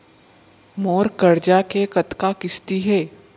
मोर करजा के कतका किस्ती हे?